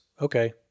okay